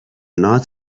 not